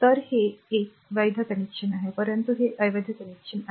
तर हे एक वैध कनेक्शन आहे परंतु हे अवैध कनेक्शन आहे